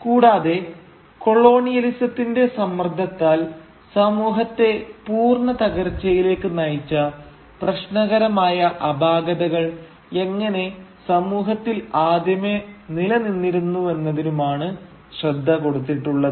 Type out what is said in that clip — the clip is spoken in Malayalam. കൂടാതെ കൊളോണിയലിസത്തിന്റെ സമ്മർദ്ദത്താൽ സമൂഹത്തെ പൂർണ തകർച്ചയിലേക്ക് നയിച്ച പ്രശ്നകരമായ അപാകതകൾ എങ്ങനെ സമൂഹത്തിൽ ആദ്യമേ നിലനിന്നിരുന്നുവെന്നതിനുമാണ് ശ്രദ്ധ കൊടുത്തിട്ടുള്ളത്